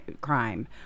crime